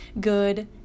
good